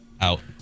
out